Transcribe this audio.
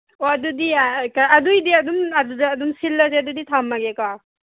ꯑꯣ ꯑꯗꯨꯗꯤ ꯑꯗꯨꯏꯗꯤ ꯑꯗꯨꯗ ꯑꯗꯨꯝ ꯁꯤꯜꯂꯒꯦ ꯑꯗꯨꯗꯤ ꯊꯝꯃꯒꯦꯀꯣ